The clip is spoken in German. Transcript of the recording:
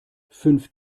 fünf